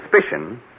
suspicion